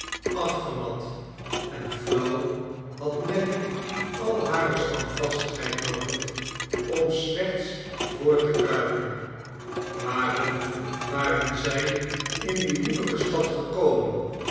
afgemat en flauw had nelly al hare standvastigheid noodig om slechts voort te kruipen waarom waren zij in die woelige stad gekomen